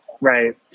Right